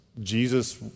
Jesus